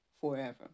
forever